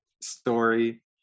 story